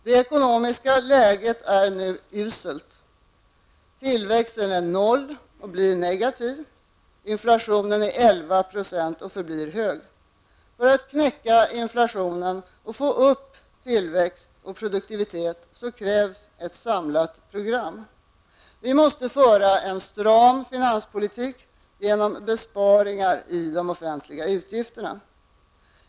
Det ekonomiska läget är nu uselt. Tillväxten är noll och blir negativ. Inflationen är 11 % och förblir hög. För att knäcka inflationen och få upp tillväxt och produktivitet krävs ett samlat program. Vi måste föra en stram finanspolitik genom besparingar i de offentliga utgifterna.